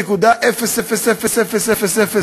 ש-0.000000,